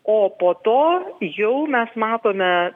o po to jau mes matome